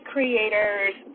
Creators